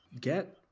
get